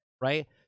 Right